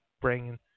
bringing